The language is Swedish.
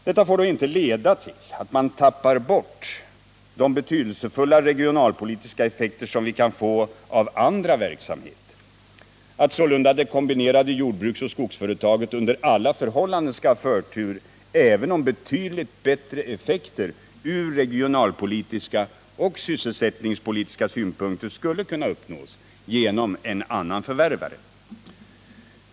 Detta får dock inte leda till att man tappar bort de betydelsefulla regionalpolitiska effekter som vi kan få av andra verksamheter: att sålunda det kombinerade jordbruksoch skogsföretaget under alla förhållanden skall ha förtur, även om betydligt bättre effekter från regionalpolitiska och sysselsätt ningspolitiska synpunkter skulle kunna uppnås genom en annan förvärvare.